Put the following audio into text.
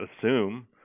assume